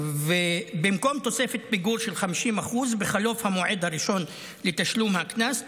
במקום תוספת פיגור של 50% בחלוף המועד הראשון לתשלום הקנס,